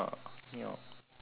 you know